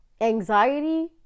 anxiety